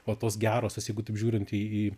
o tos gerosios jeigu taip žiūrint į į